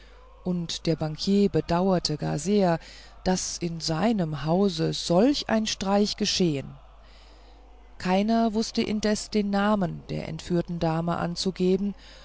und der bankier bedauerte gar sehr daß in seinem hause solch ein streich geschehen keiner wußte indessen den namen der entführten dame anzugeben